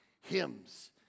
hymns